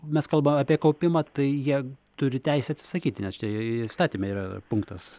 mes kalbam apie kaupimą tai jie turi teisę atsisakyti nes čia įstatyme yra punktas